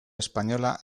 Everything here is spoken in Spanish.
española